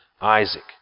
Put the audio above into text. Isaac